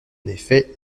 effet